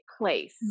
place